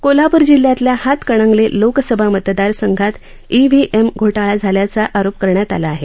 कोल्हापूर जिल्हयातल्या हातकणंगले लोकसभा मतदार संघात ईव्हीएम घोटाळा झाल्याचा आरोप करण्यात आला आहे